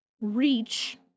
reach